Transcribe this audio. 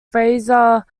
frazer